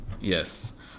Yes